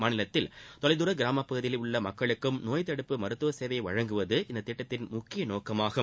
மாநிலத்தில் தொலைதூர கிராமப்பகுதிகளில் உள்ள மக்களுக்கும் நோய்த்தடுப்பு மருத்துவ சேவையை வழங்குவது இத்திட்டத்தின் முக்கிய நோக்கமாகும்